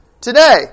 today